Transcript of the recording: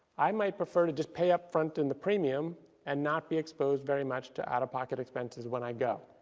i might prefer to to pay up front in the premium and not be exposed very much to out of pocket expenses when i go.